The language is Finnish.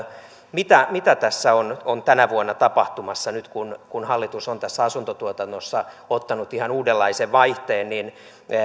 mitä mitä tässä on on tänä vuonna tapahtumassa nyt kun kun hallitus on tässä asuntotuotannossa ottanut ihan uudenlaisen vaihteen niin